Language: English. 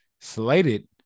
slated